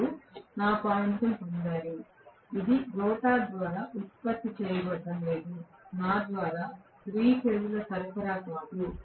మీరు నా పాయింట్ను పొందారు ఇది రోటర్ ద్వారా ఉత్పత్తి చేయబడటం లేదు నా ద్వారా 3 ఫేజ్ల సరఫరా కాదు